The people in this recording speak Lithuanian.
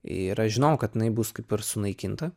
ir aš žinojau kad jinai bus kaip ir sunaikinta